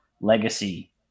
legacy